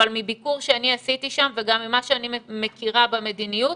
אבל מביקור שאני עשיתי שם וגם ממה שאני מכירה במדיניות,